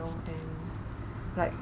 and like